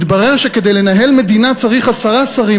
מתברר שכדי לנהל מדינה צריך עשרה שרים,